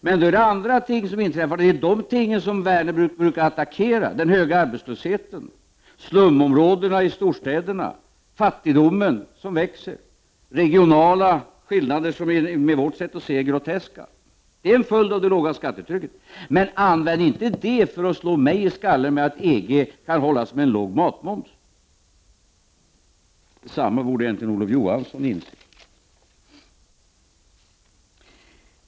Men då uppträder andra företeelser, och det är just dessa företeelser som Werner brukar attackera: den höga arbetslösheten, slumområdena i storstäderna, fattigdomen som växer, regionala skillnader som med vårt sätt att se är groteska. Detta är en följd av det låga skattetrycket. Men använd inte detta för att slå mig i skallen och säga att EG kan hålla sig med en låg matmoms! Detsamma borde egentligen Olof Johansson inse.